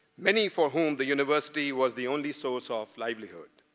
many for whom the university was the only source of livelihood.